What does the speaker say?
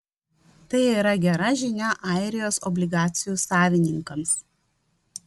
tai yra gera žinia airijos obligacijų savininkams